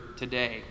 today